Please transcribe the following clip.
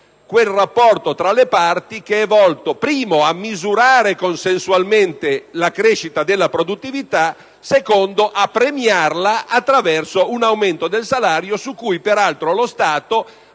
quel rapporto tra le parti volto innanzitutto a misurare consensualmente la crescita della produttività e, secondariamente, a premiarla attraverso un aumento del salario su cui peraltro lo Stato,